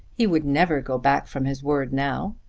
he would never go back from his word now.